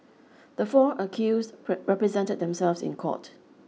the four accused represented themselves in court